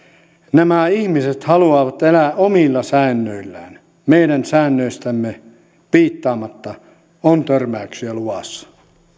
nämä ihmiset haluavat elää omilla säännöillään meidän säännöistämme piittaamatta on törmäyksiä luvassa